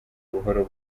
buhoro